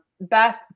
Beth